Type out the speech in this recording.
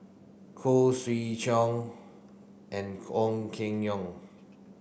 Khoo Swee Chiow and Ong Keng Yong